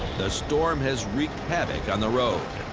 the storm has wreaked havoc on the road.